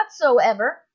whatsoever